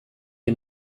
you